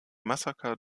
massaker